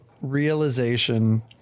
realization